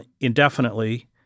indefinitely